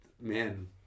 man